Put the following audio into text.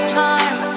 time